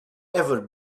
ever